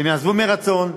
והם יעזבו מרצון,